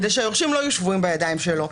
כדי שהיורשים לא יהיו שבויים בידיים שלו.